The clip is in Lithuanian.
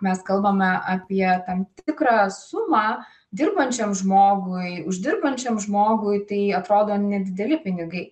mes kalbame apie tam tikrą sumą dirbančiam žmogui uždirbančiam žmogui tai atrodo nedideli pinigai